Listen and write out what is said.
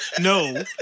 No